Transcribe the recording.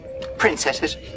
Princesses